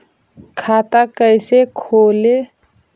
खाता कैसे खोले?